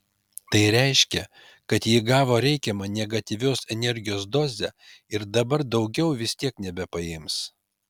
tai reiškia kad ji gavo reikiamą negatyvios energijos dozę ir dabar daugiau vis tiek nebepaims